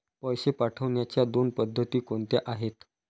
पैसे पाठवण्याच्या दोन पद्धती कोणत्या आहेत?